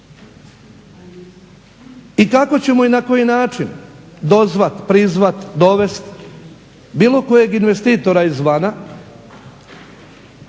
i kako ćemo i na koji način dozvat, prizvat, dovest bilo kojeg investitora izvana